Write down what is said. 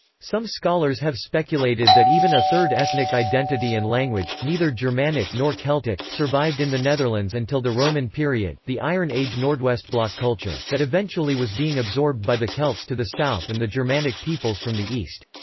some scholars have speculated that even a third ethnic identity and language, neither germanic nor celtic, survived in the netherlands until the roman period, the iron age nordwestblock culture, that eventually was being absorbed by the celts to the south and the germanic peoples from the east.